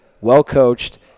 well-coached